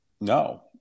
No